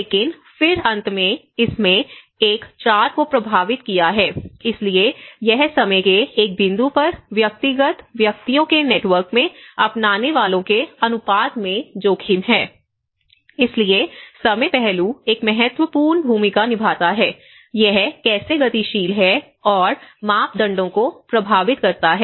लेकिन फिर अंत में इसने एक को प्रभावित किया है इसलिए यह समय के एक बिंदु पर व्यक्तिगत व्यक्तियों के नेटवर्क में अपनाने वालों के अनुपात में जोखिम है इसलिए समय पहलू एक महत्वपूर्ण भूमिका निभाता है यह कैसे गतिशील है और मापदंडों को प्रभावित करता है